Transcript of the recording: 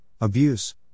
abuse